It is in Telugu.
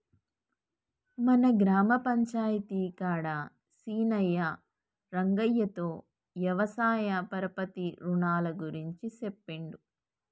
మన గ్రామ పంచాయితీ కాడ సీనయ్యా రంగయ్యతో వ్యవసాయ పరపతి రునాల గురించి సెప్పిండు